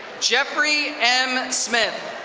jeffrey m. smith.